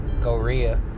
Korea